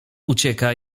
ucieka